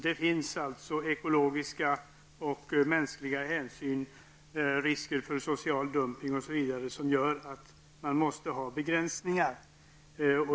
Det finns ekologiska och mänskliga hänsyn, risker för social dumpning osv. som gör att man måste ha begränsningar.